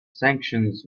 sanctions